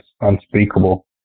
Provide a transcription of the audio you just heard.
unspeakable